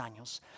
años